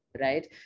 right